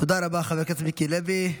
תודה רבה, חבר הכנסת מיקי לוי.